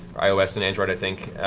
ios and android i think,